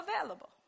available